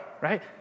right